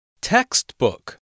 Textbook